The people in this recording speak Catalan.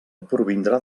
provindrà